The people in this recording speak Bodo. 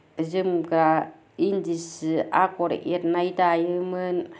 जोमग्रा इन्दि सि आगर एरनाय दायोमोन